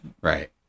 Right